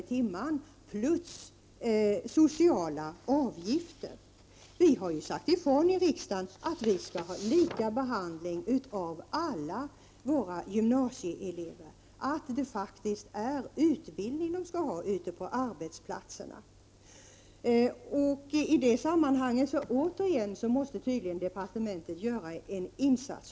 i timmen plus sociala avgifter. Vi har i riksdagen sagt ifrån att det skall vara lika behandling av alla våra gymnasieelever och att det faktiskt är utbildning som de skall ha på arbetsplatserna. I detta sammanhang måste tydligen departementet återigen göra en insats.